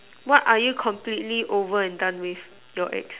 what are you completely and over done with your ex